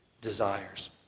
desires